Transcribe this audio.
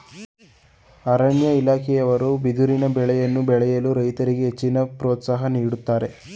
ಅರಣ್ಯ ಇಲಾಖೆಯವರು ಬಿದಿರಿನ ಬೆಳೆಯನ್ನು ಬೆಳೆಯಲು ರೈತರಿಗೆ ಹೆಚ್ಚಿನ ಪ್ರೋತ್ಸಾಹ ನೀಡುತ್ತಿದ್ದಾರೆ